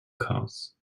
cars